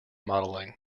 modelling